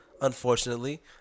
unfortunately